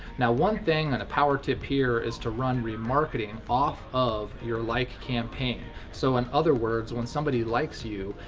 now, one thing and a power tip here, is to run remarketing off of your like campaign. so in other words, when somebody likes you,